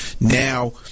now